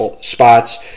spots